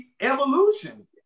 evolution